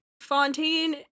Fontaine